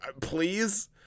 Please